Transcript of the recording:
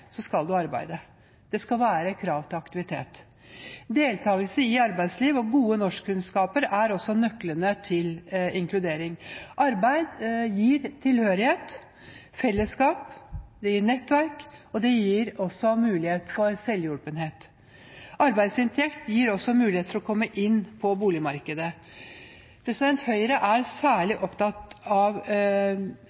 så skal du arbeide. Det skal være krav til aktivitet. Deltakelse i arbeidsliv og gode norskkunnskaper er også nøklene til inkludering. Arbeid gir tilhørighet, fellesskap og nettverk, og det gir også mulighet for selvhjulpenhet. Arbeidsinntekt gir også mulighet for å komme inn på boligmarkedet. Høyre er